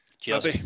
Cheers